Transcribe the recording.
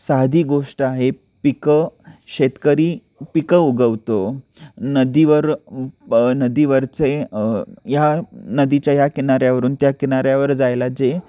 साधी गोष्ट आहे पिकं शेतकरी पिकं उगवतो नदीवर नदीवरचे या नदीच्या या किनाऱ्यावरून त्या किनाऱ्यावर जायला जे